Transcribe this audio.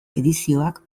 edizioak